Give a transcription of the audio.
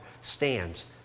stands